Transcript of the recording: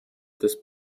des